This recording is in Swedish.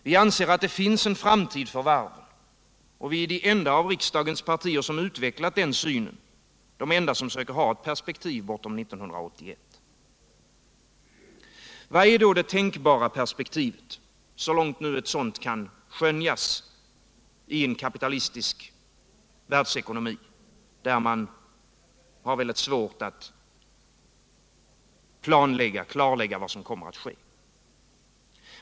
Vi anser att det finns en framtid för varven, och vi är det enda av riksdagens partier som har utvecklat den synen, det enda parti som försöker ha ett perspektiv bortom 1981. Vad är då det tänkbara perspektivet, så långt ett sådant nu kan skönjas i en kapitalistisk världsekonomi, där man har väldigt svårt att klarlägga vad som kommer att ske?